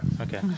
Okay